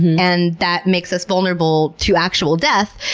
and that makes us vulnerable to actual death,